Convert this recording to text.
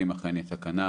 אם אכן יש סכנה,